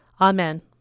Amen